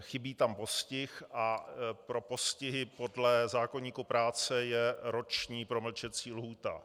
Chybí tam postih a pro postihy podle zákoníku práce je roční promlčecí lhůta.